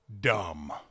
dumb